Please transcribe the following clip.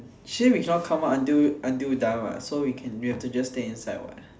actually we cannot come out until until done what so we have to just stay inside what